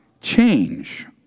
change